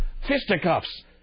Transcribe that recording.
fisticuffs